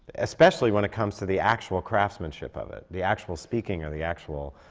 especially when it comes to the actual craftsmanship of it, the actual speaking or the actual,